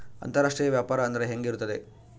ಅಂತರಾಷ್ಟ್ರೇಯ ವ್ಯಾಪಾರ ಅಂದರೆ ಹೆಂಗೆ ಇರುತ್ತದೆ?